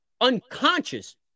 unconscious